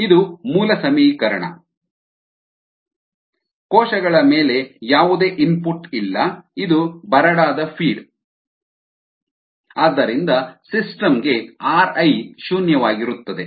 ಇದು ಮೂಲ ಸಮೀಕರಣ ri rorg rcddt ಕೋಶಗಳ ಮೇಲೆ ಯಾವುದೇ ಇನ್ಪುಟ್ ಇಲ್ಲ ಇದು ಬರಡಾದ ಫೀಡ್ ಆದ್ದರಿಂದ ಸಿಸ್ಟಮ್ಗೆ ಆರ್ ಐ ಶೂನ್ಯವಾಗಿರುತ್ತದೆ